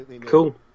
Cool